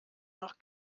nach